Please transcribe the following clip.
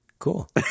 Cool